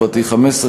15,